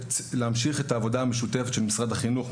להמשיך את העבודה המשותפת של משר החינוך,